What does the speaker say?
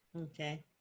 Okay